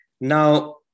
Now